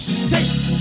state